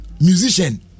musician